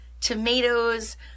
tomatoes